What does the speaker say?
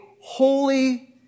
holy